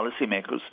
policymakers